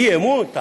אי-אמון?